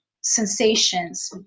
sensations